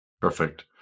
Perfect